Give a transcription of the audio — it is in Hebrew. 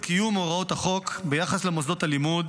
קיום הוראות החוק ביחס למוסדות הלימוד,